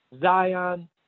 Zion